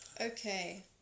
Okay